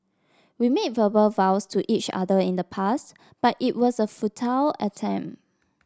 we made verbal vows to each other in the past but it was a futile attempt